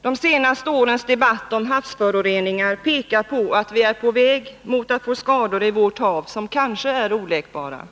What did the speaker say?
De senaste årens debatt om havsföroreningar pekar på att vi är på väg mot att få skador i våra hav som kanske är oläkbara.